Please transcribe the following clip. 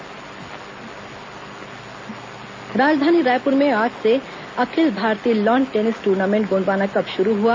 Gondwana cup राजधानी रायपुर में आज से अखिल भारतीय lawn tennis tournament Gondwana cup शुरू हुआ